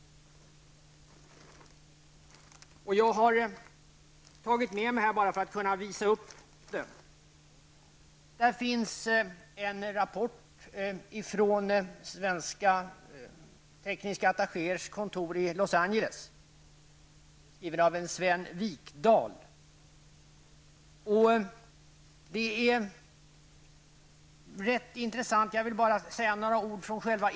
Jag har tagit med mig en del material för att kunna visa. Där finns en rapport från svenska tekniska attachéers kontor i Los Angeles skriven av Sven Wikdahl. Jag vill läsa upp några rader ur själva inledningen i denna rapport.